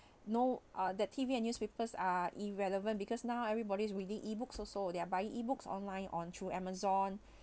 no uh that T_V uh newspapers are irrelevant because now everybody's reading E books also they are buying E books online on through amazon